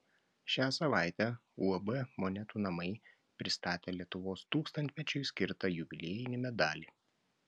šią savaitę uab monetų namai pristatė lietuvos tūkstantmečiui skirtą jubiliejinį medalį